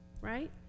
right